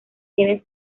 tienen